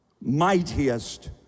mightiest